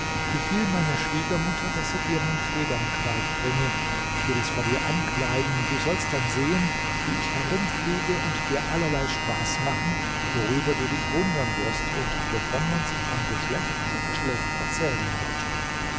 befiehl meiner schwiegermutter daß sie dir mein federnkleid bringe ich will es vor dir ankleiden du sollst dann sehen wie ich herumfliege und dir allerlei spaß machen worüber du dich wundem wirst und wovon man sich von geschlecht zu geschlecht erzählen wird